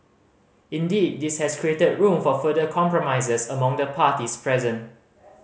indeed this has created room for further compromises among the parties present